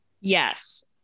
Yes